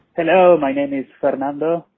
hello. my name is fernando.